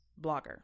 blogger